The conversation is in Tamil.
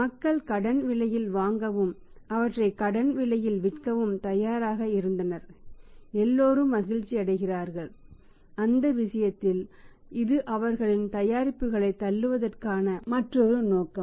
மக்கள் கடன் விலையில் வாங்கவும் அவற்றை கடன் விலையில் விற்கவும் தயாராக இருந்தனர்எல்லோரும் மகிழ்ச்சியடைகிறார்கள் அந்த விஷயத்தில் இது அவர்களின் தயாரிப்புகளைத் தள்ளுவதற்கான மற்றொரு நோக்கம்